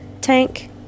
tank